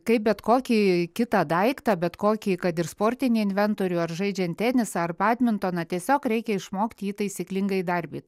kaip bet kokį kitą daiktą bet kokį kad ir sportinį inventorių ar žaidžiant tenisą ar badmintoną tiesiog reikia išmokt jį taisyklingai įdarbyt